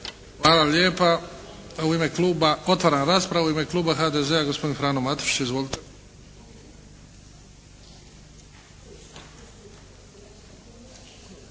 Hvala lijepa. Otvaram raspravu. U ime kluba HDZ-a, gospodin Frano Matušić. Izvolite.